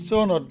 Sono